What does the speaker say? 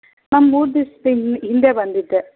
ma'am ಮೂರು ದಿವಸದ ಹಿಂದ್ ಹಿಂದೆ ಬಂದಿದ್ದೆ